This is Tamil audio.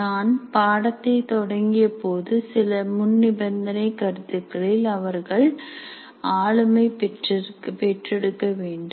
நான் பாடத்தை தொடங்கிய போது சில முன்நிபந்தனை கருத்துக்களில் அவர்கள் ஆளுமை பெற்றெடுக்க வேண்டும்